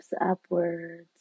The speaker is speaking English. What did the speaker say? upwards